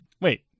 Wait